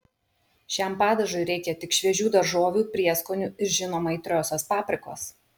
šiam padažui reikia tik šviežių daržovių prieskonių ir žinoma aitriosios paprikos